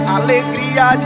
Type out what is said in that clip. alegria